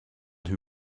who